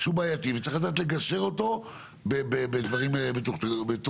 בעייתי וצריך לדעת לגשר אותו בדברים מתוחכמים.